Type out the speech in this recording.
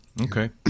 okay